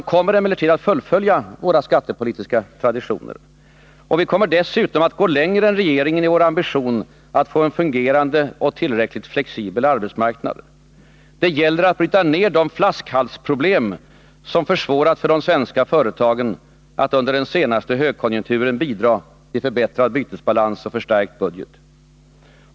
Vi moderater kommer att fullfölja våra skattepolitiska traditioner. Och vi kommer dessutom att gå längre än regeringen i vår ambition att få en fungerande, tillräckligt flexibel arbetsmarknad. Det gäller att bryta ner de flaskhalsproblem som försvårat för våra företag att under den senaste högkonjunkturen bidra till förbättrad bytesbalans och förstärkt budget.